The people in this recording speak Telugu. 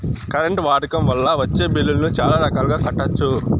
కరెంట్ వాడకం వల్ల వచ్చే బిల్లులను చాలా రకాలుగా కట్టొచ్చు